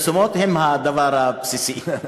תודה רבה.